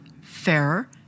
fairer